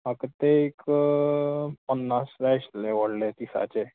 म्हाका ते एक पन्नास जाय आशिल्ले व्हडले तिसाचे